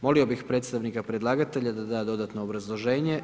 Molio bi predstavnika predlagatelja da dodatno obrazloženje.